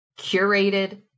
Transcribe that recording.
curated